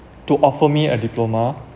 to offer me a diploma